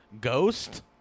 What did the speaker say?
ghost